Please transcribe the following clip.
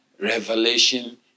revelation